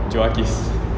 joaqis